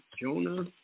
Jonah